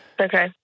Okay